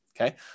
okay